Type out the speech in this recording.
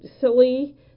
silly